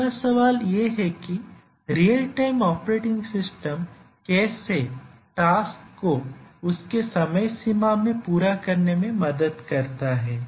अगला सवाल यह है कि रियल टाइम ऑपरेटिंग सिस्टम कैसे टास्क को उसके समय सीमा में पूरा करने में मदद करता है